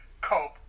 cope